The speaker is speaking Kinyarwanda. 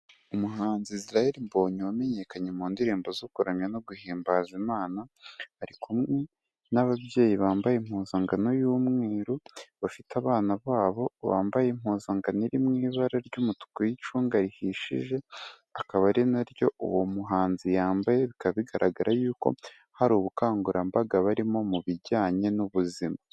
Umuhanzi Israel Mbonyi wamenyekanye mu ndirimbo zo kuramya no guhimbaza Imana, ari kumwe n'ababyeyi bambaye impuzangano y'umweru, bafite abana babo bambaye impuzangano iri mu ibara ry'umutuku y'icunga rihishije, akaba ari naryo uwo muhanzi yambaye, bikaba bigaragara yuko hari ubukangurambaga barimo mu bijyanye n'ubuzima.